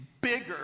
bigger